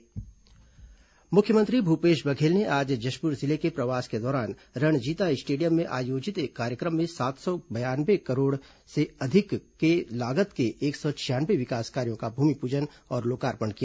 मुख्यमंत्री लोकार्पण मुख्यमंत्री भूपेश बघेल ने आज जशपुर जिले के प्रवास के दौरान रणजीता स्टेडियम में आयोजित कार्यक्रम में सात सौ बयानवे करोड़ रूपए से अधिक की लागत के एक सौ छियानवे विकास कार्यो का भूमिपूजन और लोकार्पण किया